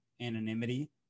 anonymity